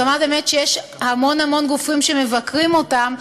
אמרת באמת שיש המון המון גופים שמבקרים אותם,